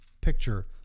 picture